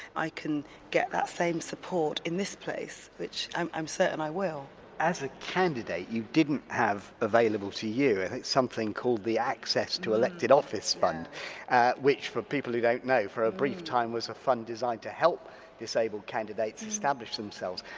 i can get that same support in this place which i'm i'm certain i will as a candidate you didn't have available to you and it's something called the access to elected office fund which for people who don't know for a brief time was a fund designed to help disabled candidates establish themselves.